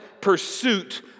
pursuit